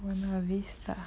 buona vista